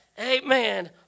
Amen